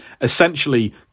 essentially